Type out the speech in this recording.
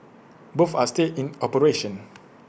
both are still in operation